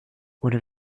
oder